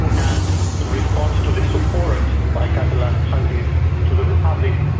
and in response to this support by catalan parties to the republic,